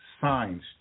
signs